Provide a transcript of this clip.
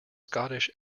scottish